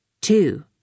Two